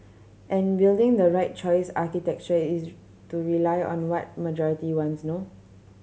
and building the right choice architecture is to rely on what majority wants no